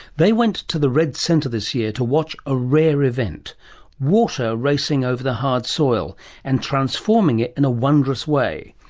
they went to the red centre this year to watch a rare event water racing over the hard soil and transforming it in a wondrous way.